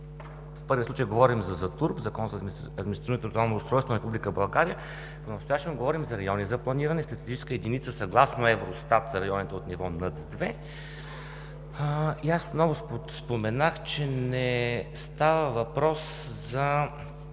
В първия случай говорим за Закон за административно-териториално устройство на Република България, понастоящем говорим за райони за планиране, стратегическа единица, съгласно Евростат за районите от ниво NUTS-2. Споменах, че не става въпрос и